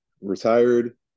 retired